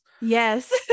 Yes